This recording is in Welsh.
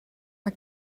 mae